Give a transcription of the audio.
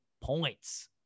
points